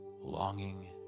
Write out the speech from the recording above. longing